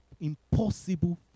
impossible